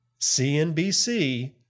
CNBC